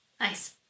nice